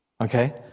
Okay